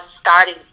starting